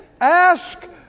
Ask